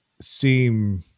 seem